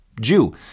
Jew